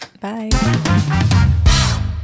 Bye